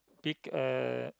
big uh